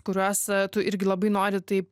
kuriuos tu irgi labai nori taip